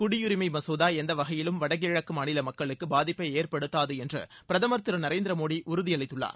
குடியுரிமை மசோதா எந்த வகையிலும் வடகிழக்கு மாநில மக்களுக்கு பாதிப்பை ஏற்படுத்தாது என்று பிரதமர் திரு நரேந்திரமோடி உறுதியளித்துள்ளார்